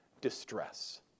distress